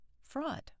fraud